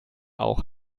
auch